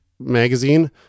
Magazine